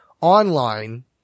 online